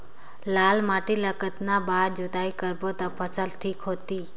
लाल माटी ला कतना बार जुताई करबो ता फसल ठीक होती?